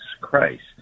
Christ